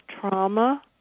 trauma